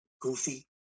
goofy